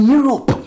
Europe